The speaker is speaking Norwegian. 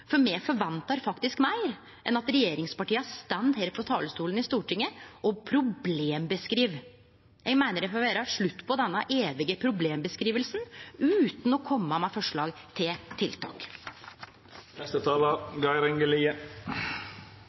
Me forventar faktisk meir enn at regjeringspartia står her på talarstolen i Stortinget og problembeskriv. Eg meiner det får vere slutt på den evige problembeskrivinga utan å kome med forslag til